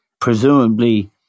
presumably